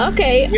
Okay